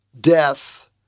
death